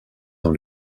dans